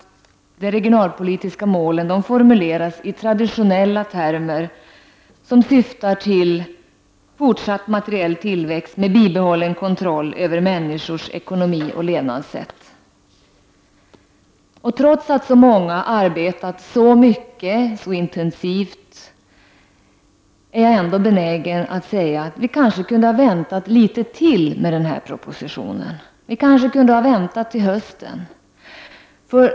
De regionalpolitiska målen formuleras i traditionella termer som syftar till fortsatt materiell tillväxt med bibehållen kontroll över människors ekonomi och levnadssätt. Trots att så många arbetat så mycket och så intensivt är jag ändå benägen att säga att vi kanske kunde ha väntat litet till med denna proposition, kanske till hösten.